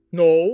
no